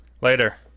Later